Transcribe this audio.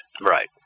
Right